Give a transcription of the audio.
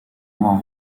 avoir